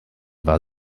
war